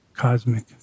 Cosmic